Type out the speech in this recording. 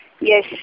Yes